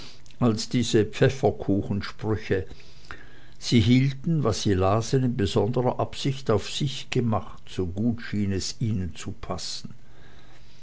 als diese pfefferkuchensprüche sie hielten was sie lasen in besonderer absicht auf sich gemacht so gut schien es ihnen zu passen